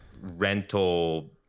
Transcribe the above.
Rental